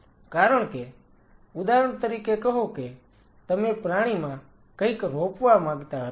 કારણ કે ઉદાહરણ તરીકે કહો કે તમે પ્રાણીમાં કંઈક રોપવા માંગતા હતા